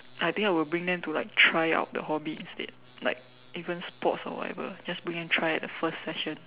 I think I will bring them to like try out the hobby instead like even sports or whatever just bring them try out the first session